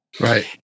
Right